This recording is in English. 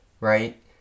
right